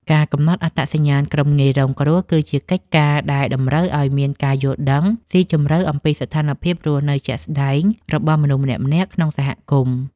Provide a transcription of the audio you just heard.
ការកំណត់អត្តសញ្ញាណក្រុមងាយរងគ្រោះ គឺជាកិច្ចការដែលតម្រូវឱ្យមានការយល់ដឹងស៊ីជម្រៅអំពីស្ថានភាពរស់នៅជាក់ស្តែងរបស់មនុស្សម្នាក់ៗក្នុងសហគមន៍។